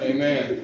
Amen